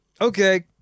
Okay